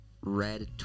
Red